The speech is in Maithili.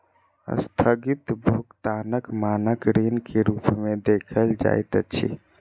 अस्थगित भुगतानक मानक ऋण के रूप में देखल जाइत अछि